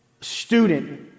student